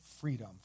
freedom